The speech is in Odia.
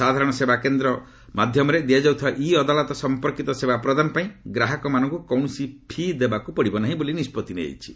ସାଧାରଣ ସେବାକେନ୍ଦ୍ର ମାଧ୍ୟମରେ ଦିଆଯାଉଥିବା ଇ ଅଦାଲତ୍ ସମ୍ପର୍କୀତ ସେବା ପ୍ରଦାନ ପାଇଁ ଗ୍ରାହକମାନଙ୍କୁ କୌଣସି ଫି' ଦେବାକୁ ପଡ଼ିବ ନାହିଁ ବୋଲି ନିଷ୍ପଭି ନିଆଯାଇଛି